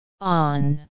On